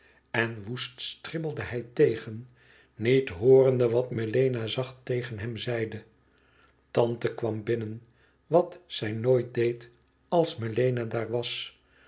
en woest stribbelde hij tegen niet hoorende wat melena zacht tegen hem zeide tante kwam binnen wat zij nooit deed als melena daar was